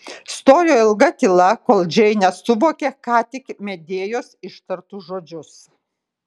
stojo ilga tyla kol džeinė suvokė ką tik medėjos ištartus žodžius